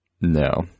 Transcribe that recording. No